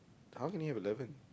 how can we have eleven